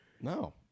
no